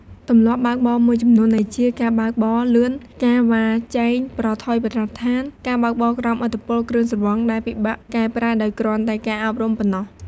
ទម្លាប់បើកបរមួយចំនួនដូចជា ការបើកបរលឿន ការវ៉ាជែងប្រថុយប្រថាន ការបើកបរក្រោមឥទ្ធិពលគ្រឿងស្រវឹងដែលពិបាកកែប្រែដោយគ្រាន់តែការអប់រំប៉ុណ្ណោះ។